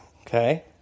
Okay